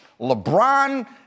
LeBron